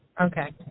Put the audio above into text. okay